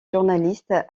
journaliste